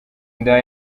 inda